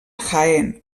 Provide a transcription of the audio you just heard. jaén